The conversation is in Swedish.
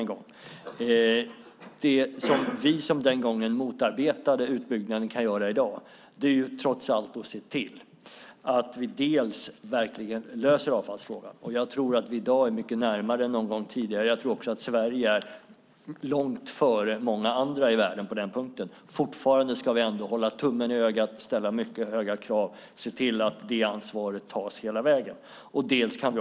Det som vi, som den gången motarbetade utbyggnaden, kan göra i dag är trots allt att se till att vi verkligen löser avfallsfrågan. Och jag tror att vi i dag är mycket närmare än någon gång tidigare. Jag tror också att Sverige är långt före många andra i världen på den punkten. Vi ska ändå fortfarande hålla tummen i ögat, ställa mycket höga krav och se till att det här ansvaret tas hela vägen.